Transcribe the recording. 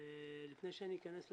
לפני שאני אכנס לפרטים,